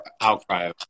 outcry